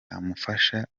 amfasha